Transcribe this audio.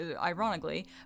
ironically